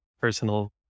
personal